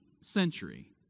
century